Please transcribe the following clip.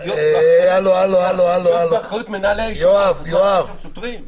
להיות באחריות מנהלי הישיבות במקום השוטרים.